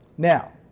Now